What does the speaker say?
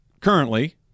currently